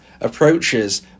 approaches